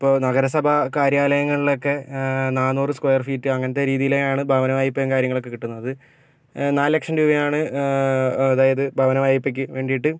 ഇപ്പോൾ നഗരസഭാ കാര്യാലയങ്ങളിലൊക്കെ നാന്നൂറ് സ്ക്വയര് ഫീറ്റ് അങ്ങനത്തെ രീതിയിലാണ് ഭവന വായ്പയും കാര്യങ്ങളും ഒക്കെ കിട്ടുന്നത് നാലു ലക്ഷം രൂപയാണ് അതായത് ഭവനവായ്പയ്ക്ക് വേണ്ടിയിട്ട്